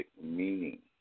meaning